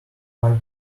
five